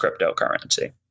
cryptocurrency